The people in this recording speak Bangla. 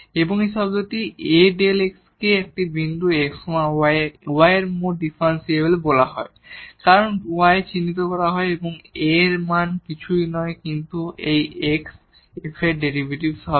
এবং এই শব্দটি A Δ x কে এই বিন্দু x y এ y এর মোট ডিফারেনশিয়াল বলা হয় এবং ডেল্টা y দ্বারা চিহ্নিত করা হয় এবং A এর মান কিছুই নয় কিন্তু এটি x এ f এর ডেরিভেটিভ হবে